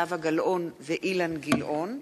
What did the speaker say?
זהבה גלאון ואילן גילאון,